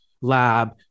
lab